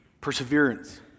perseverance